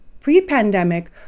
pre-pandemic